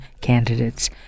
candidates